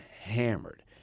hammered